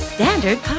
Standard